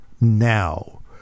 now